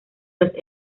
los